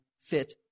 fit